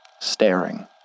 staring